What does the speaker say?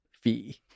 fee